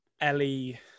ellie